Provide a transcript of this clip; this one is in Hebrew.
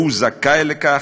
והוא זכאי לכך,